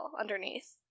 underneath